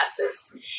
classes